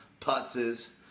putzes